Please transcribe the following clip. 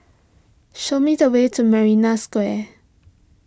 show me the way to Marina Square